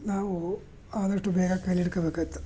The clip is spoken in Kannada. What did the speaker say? ನಾವು ಆದಷ್ಟು ಬೇಗ ಕೈಯ್ಯಲ್ಲಿ